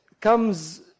comes